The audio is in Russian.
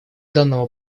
данного